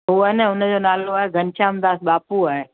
हूअ आहे न उनजो नालो आहे घनश्याम दास ॿापू आहे